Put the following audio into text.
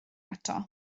eto